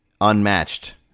unmatched